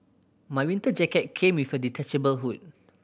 my winter jacket came with a detachable hood